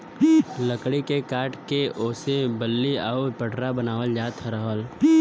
लकड़ी के काट के ओसे बल्ली आउर पटरा बनावल जात रहल